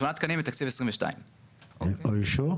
השמונה תקנים הם מתקציב 2022. הם אוישו?